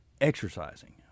exercising